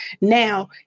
Now